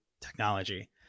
technology